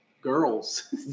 Girls